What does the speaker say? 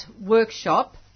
workshop